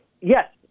Yes